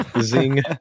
Zing